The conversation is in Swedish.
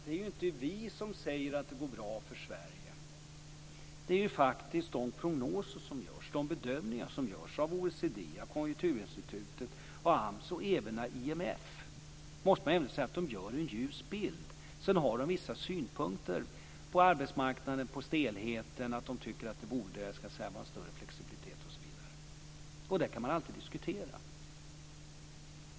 Det är inte vi som säger att det går bra för Sverige. Det framgår faktiskt i de bedömningar och prognoser som görs av OECD, Konjunkturinstitutet, AMS och IMF. De ger en ljus bild. De har vissa synpunkter på arbetsmarknaden, på stelheterna. De tycker att det borde vara större flexibilitet osv. Det kan alltid diskuteras.